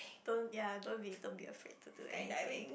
don't ya don't be don't be afraid to do anything